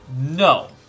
no